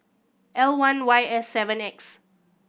L one Y S seven X